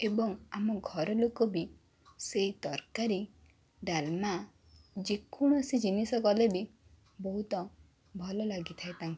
ଏବଂ ଆମ ଘରଲୋକ ବି ସେହି ତରକାରୀ ଡାଲମା ଯେକୌଣସି ଜିନିଷ କଲେ ବି ବହୁତ ଭଲ ଲାଗିଥାଏ ତାଙ୍କୁ